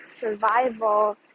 survival